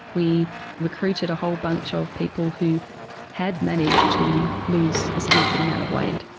we recruited a whole bunch of people who had managed to lose a significant amount of weight,